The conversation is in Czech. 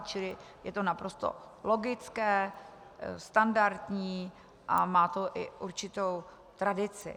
Čili je to naprosto logické, standardní a má to i určitou tradici.